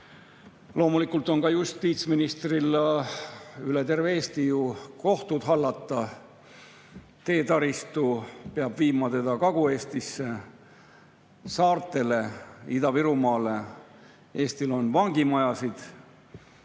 Loomulikult on justiitsministril üle terve Eesti kohtud hallata. Teetaristu peab viima teda Kagu‑Eestisse, saartele, Ida-Virumaale. Eestil on vangimajasid